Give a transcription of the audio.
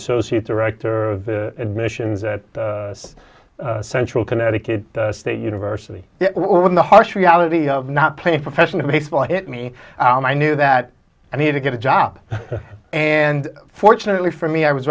associate director of the admissions at the central connecticut state university when the harsh reality of not playing professional baseball hit me i knew that i needed to get a job and fortunately for me i was